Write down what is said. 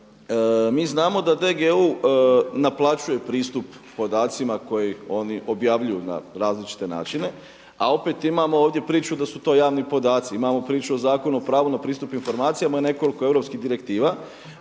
mi znamo DGU naplaćuje pristup podacima koje oni objavljuju na različite načine, a opet imamo ovdje priču da su to javni podaci, imamo priču o Zakonu o pravu na pristup informacijama i nekoliko europskih direktiva.